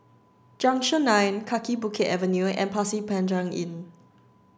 junction nine Kaki Bukit Avenue and Pasir Panjang Inn